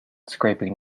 scraping